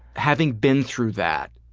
having been through that